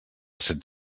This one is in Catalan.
set